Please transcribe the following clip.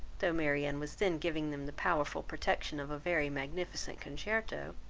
though marianne was then giving them the powerful protection of a very magnificent concerto